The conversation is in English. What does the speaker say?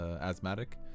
asthmatic